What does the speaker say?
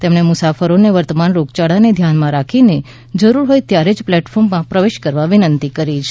તેમણે મુસાફરોને વર્તમાન રોગયાળાને ધ્યાનમાં રાખીને જરૂરી હોય ત્યારે જ પ્લેટફોર્મમાં પ્રવેશ કરવા વિનંતી કરી હતી